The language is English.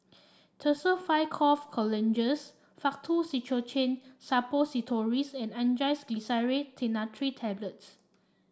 Tussils five Cough Colozenges Faktu Cinchocaine Suppositories and Angised Glyceryl Trinitrate Tablets